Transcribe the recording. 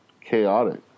chaotic